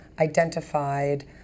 identified